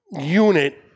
unit